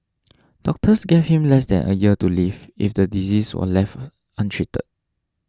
doctors gave him less than a year to live if the disease was left untreated